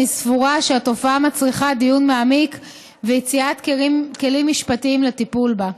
אני סבורה שהתופעה מצריכה דיון מעמיק ויצירת כלים משפטיים לטיפול בה.